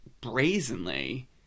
brazenly